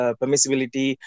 permissibility